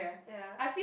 ya